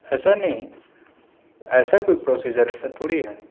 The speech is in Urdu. ایسا نہیں ایسا کوئی پروسیزر ہے ایسا تھوڑی ہے